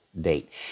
date